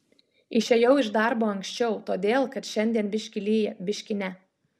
išėjau iš darbo anksčiau todėl kad šiandien biški lyja biški ne